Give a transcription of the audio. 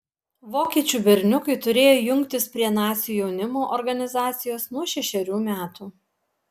vokiečių berniukai turėjo jungtis prie nacių jaunimo organizacijos nuo šešerių metų